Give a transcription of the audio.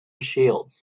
shields